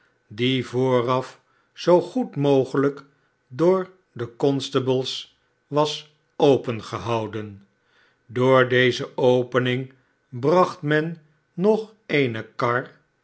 die vooraf zoo goed mogelijk door de constables was opengehouden door deze opening bracht men nog eene kar